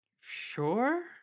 Sure